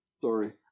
Sorry